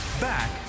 Back